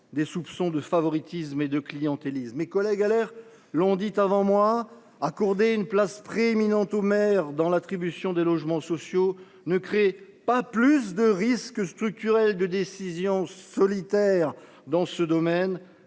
des soupçons de favoritisme et de clientélisme. Mes collègues du groupe Les Républicains l’ont dit avant moi, accorder une place prééminente aux maires dans l’attribution des logements sociaux ne crée pas davantage de risque structurel de décision solitaire : la décision